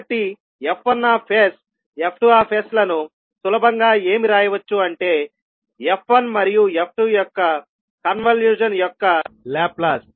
కాబట్టి F1sF2sలను సులభంగా ఏమి రాయవచ్చు అంటే f1 మరియు f2 యొక్క కన్వల్యూషన్ యొక్క లాప్లాస్